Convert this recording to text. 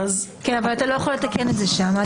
אבל אתה לא יכול לתקן את זה שם.